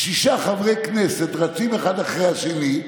שישה חברי כנסת רצים אחד אחרי השני,